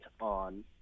on